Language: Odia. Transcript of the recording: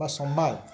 ବା ସମ୍ବାଦ